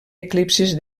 eclipsis